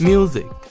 Music